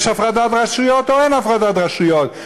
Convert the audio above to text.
יש הפרדת רשויות או אין הפרדת רשויות?